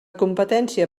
competència